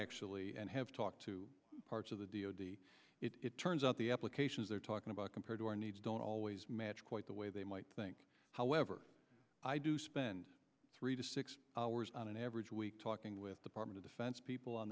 actually and have talked to parts of the d o d it turns out the applications they're talking about compared to our needs don't always match quite the way they might think however i do spend three to six hours on an average week talking with department of defense people on